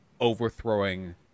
overthrowing